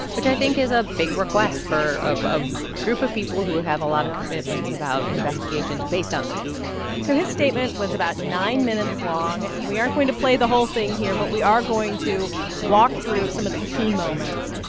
which i think is a big request for a group of people who have a lot of commitments about investigations based on this report so his statement was about nine minutes long. we aren't going to play the whole thing here, but we are going to walk through some of the key moments.